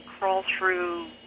crawl-through